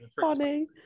funny